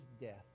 death